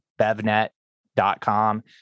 bevnet.com